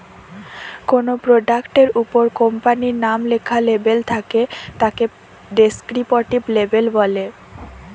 কোনো প্রোডাক্ট এর উপর কোম্পানির নাম লেখা লেবেল থাকে তাকে ডেস্ক্রিপটিভ লেবেল বলে